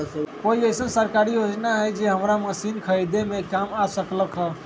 कोइ अईसन सरकारी योजना हई जे हमरा मशीन खरीदे में काम आ सकलक ह?